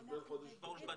בין חודש לחודשיים?